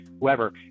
whoever